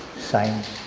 science,